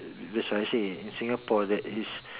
that's what I say in Singapore that is